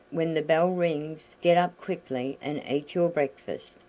when the bell rings get up quickly and eat your breakfast,